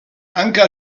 anker